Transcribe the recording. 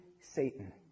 Satan